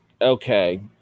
okay